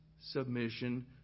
submission